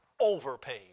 overpaid